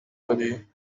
دادی